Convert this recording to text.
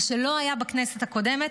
מה שלא היה בכנסת הקודמת,